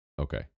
Okay